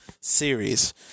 series